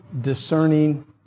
discerning